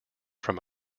from